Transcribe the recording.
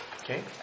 Okay